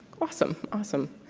awesome. awesome.